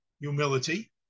humility